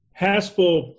Haspel